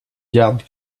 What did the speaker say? garde